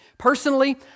Personally